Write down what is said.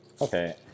Okay